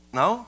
no